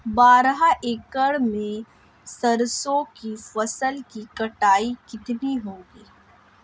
बारह एकड़ में सरसों की फसल की कटाई कितनी होगी?